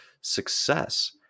success